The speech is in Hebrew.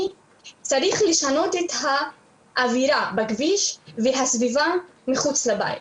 צריך לשנות את האווירה בכביש והסביבה מחוץ לבית.